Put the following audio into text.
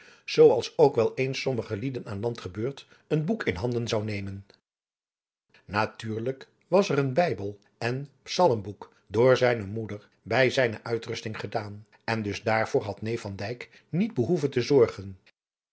als ook wel eens sommige lieden aan land gebeurt een boek in handen zou nemen natuurlijk was er een bijbel en psalmboek door zijne moeder bij zijne uitrusting gedaan en dus daarvoor had neef van dyk niet behoeven te zorgen